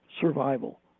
survival